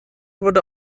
wurde